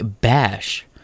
Bash